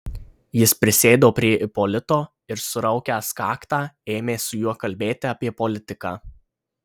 jis prisėdo prie ipolito ir suraukęs kaktą ėmė su juo kalbėti apie politiką